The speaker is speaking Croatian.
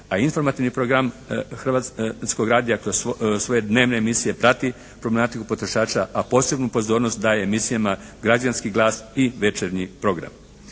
a informativni program Hrvatskog radija kroz svoje dnevne emisije prati problematiku potrošača a posebnu pozornost daje emisijama građanski glas i večernji program.